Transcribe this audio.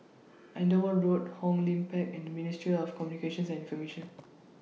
Andover Road Hong Lim Park and Ministry of Communications and Information